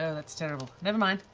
yeah that's terrible. never mind!